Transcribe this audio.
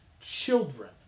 children